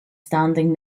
standing